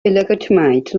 illegitimate